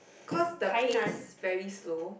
cause the pace's very slow